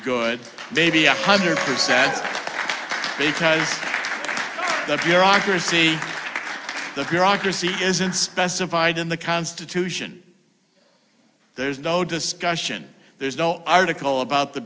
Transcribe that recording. good maybe a hundred percent because the bureaucracy the bureaucracy isn't specified in the constitution there's no discussion there's no article about the